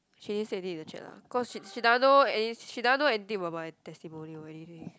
she didn't say need to check lah cause she she doesn't know any she doesn't know anything about my testimonial or anything